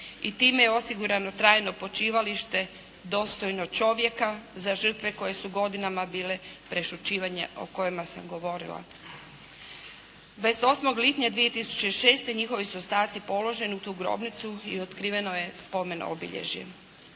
i time je osigurano trajno počivalište dostojno čovjeka za žrtve koje su godinama bile prešućivanje o kojima sam govorila. 28. lipnja 2006. njihovi su ostaci položeni u tu grobnicu i otkriveno je spomen obilježje.